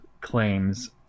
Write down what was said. claims